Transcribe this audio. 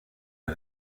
los